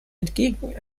entgegen